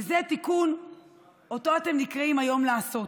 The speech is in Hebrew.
זה תיקון שאותו אתם נקראים היום לעשות: